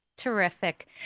Terrific